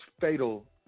fatal